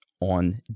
on